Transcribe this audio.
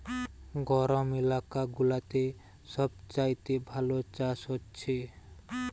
গরম এলাকা গুলাতে সব চাইতে ভালো চাষ হচ্ছে